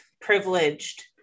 privileged